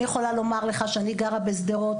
אני יכולה לומר לך שאני גרה בשדרות,